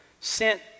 sent